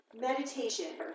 meditation